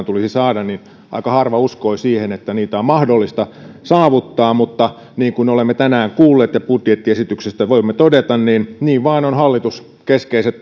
tulisi saada aikaan niin aika harva uskoi siihen että niitä on mahdollista saavuttaa mutta kuten olemme tänään kuulleet ja budjettiesityksestä voimme todeta niin niin vain on hallitus keskeiset